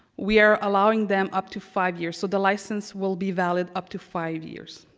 we are allowing them up to five years. so the license will be valid up to five years.